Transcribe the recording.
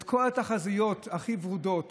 את כל התחזיות הכי ורודות